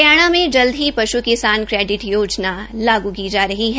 हरियाणा में जल्द ही पश् किसान क्रेडिट योजना लागू की जा रही है